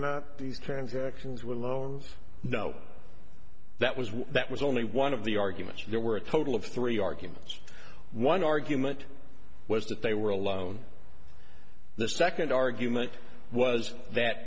not these transactions were loans no that was that was only one of the arguments there were a total of three arguments one argument was that they were alone the second argument was that